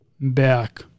back